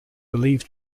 believed